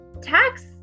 tax